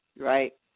right